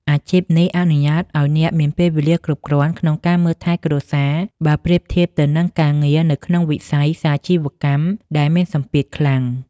អាជីពនេះអនុញ្ញាតឱ្យអ្នកមានពេលវេលាគ្រប់គ្រាន់ក្នុងការមើលថែគ្រួសារ បើប្រៀបធៀបទៅនឹងការងារនៅក្នុងវិស័យសាជីវកម្មដែលមានសម្ពាធខ្លាំង។